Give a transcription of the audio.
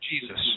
Jesus